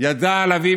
ידע להביא,